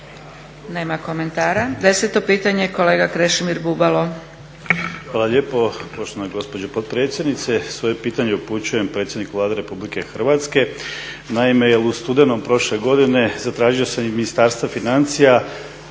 Nema komentara. 10 pitanje, kolega Krešimir Bubalo. **Bubalo, Krešimir (HDSSB)** Hvala lijepo poštovana gospođo potpredsjednice. Svoje pitanje upućujem predsjedniku Vlade Republike Hrvatske, naime jer u studenom prošle godine zatražio sam iz Ministarstva financija